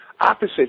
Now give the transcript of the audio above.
opposite